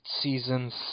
seasons